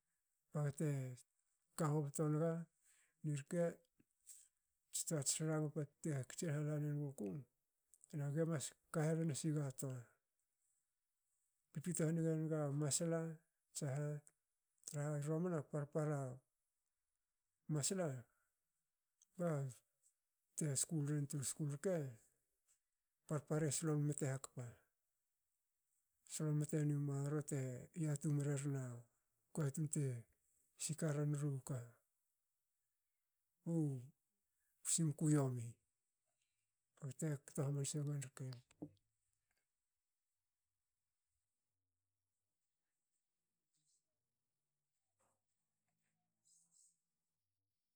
Ba ga te ka hobto nga irke. Stuats ranga te katsin halan engu ku. aga emas ka rhen siga tua. Pipito hange enga masla tsa ha tra ha romana parpara masla ba te skul rin tru skul rke. parpara e solon mte hakpa. solon mte i marro te yatung mreren ah katun te sikar eren u ka simku u yomi. te kto hmanse nen rke